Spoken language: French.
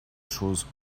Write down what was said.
choses